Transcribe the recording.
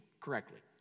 correctly